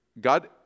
God